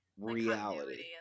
reality